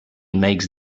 makes